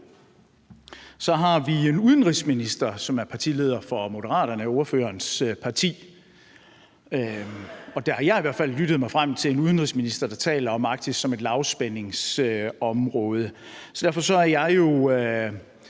Så har vi en udenrigsminister, som er partileder for Moderaterne, ordførerens parti. Og jeg har i hvert fald lyttet mig frem til en udenrigsminister, der taler om Arktis som et lavspændingsområde. Derfor er jeg jo